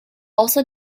also